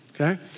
okay